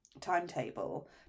timetable